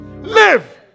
live